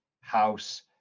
house